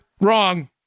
Wrong